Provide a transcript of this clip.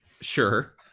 sure